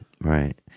right